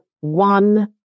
one